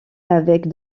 avec